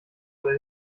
oder